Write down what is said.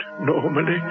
normally